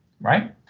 right